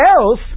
else